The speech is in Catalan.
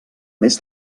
mes